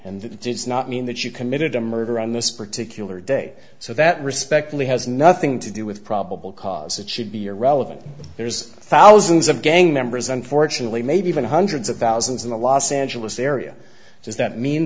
it does not mean that you committed a murder on this particular day so that respectfully has nothing to do with probable cause it should be irrelevant there's thousands of gang members unfortunately maybe even hundreds of thousands in the los angeles area does that mean